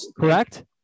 correct